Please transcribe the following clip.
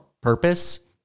purpose